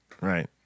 Right